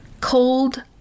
cold